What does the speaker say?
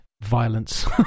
violence